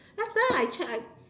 last time I check I